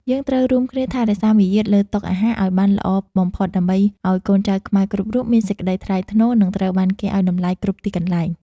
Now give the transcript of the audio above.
យើងត្រូវរួមគ្នាថែរក្សាមារយាទលើតុអាហារឱ្យបានល្អបំផុតដើម្បីឱ្យកូនចៅខ្មែរគ្រប់រូបមានសេចក្តីថ្លៃថ្នូរ និង ត្រូវបានគេឱ្យតម្លៃគ្រប់ទីកន្លែង។